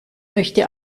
möchte